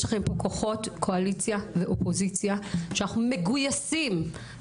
יש לכם פה כוחות קואליציה ואופוזיציה שאנחנו מגויסים לנושא הזה.